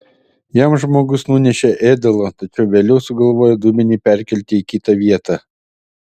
jam žmogus nunešė ėdalo tačiau vėliau sugalvojo dubenį perkelti į kitą vietą